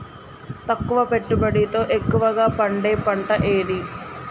తక్కువ పెట్టుబడితో ఎక్కువగా పండే పంట ఏది?